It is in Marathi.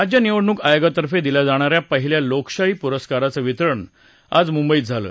राज्य निवडणूक आयोगातर्फे दिल्या जाणा या पहिल्या लोकशाही पुरस्कारांचं वितरण आज मुंबईत झालं